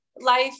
Life